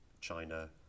China